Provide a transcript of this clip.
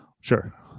sure